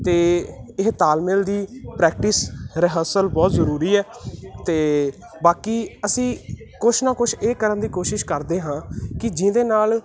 ਅਤੇ ਇਹ ਤਾਲਮੇਲ ਦੀ ਪ੍ਰੈਕਟਿਸ ਰਿਹਰਸਲ ਬਹੁਤ ਜ਼ਰੂਰੀ ਹੈ ਅਤੇ ਬਾਕੀ ਅਸੀਂ ਕੁਛ ਨਾ ਕੁਛ ਇਹ ਕਰਨ ਦੀ ਕੋਸ਼ਿਸ਼ ਕਰਦੇ ਹਾਂ ਕਿ ਜਿਹਦੇ ਨਾਲ